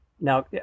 Now